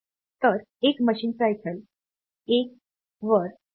तर एक मशीन सायकलवर 1 पर 921